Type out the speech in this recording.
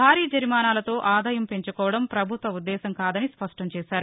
భారీ జరిమానాలతో ఆదాయం పెంచుకోవడం పభుత్వ ఉద్దేశం కాదని స్పష్టంచేశారు